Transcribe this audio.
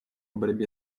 борьбе